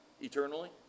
Eternally